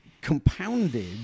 compounded